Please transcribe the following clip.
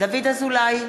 דוד אזולאי,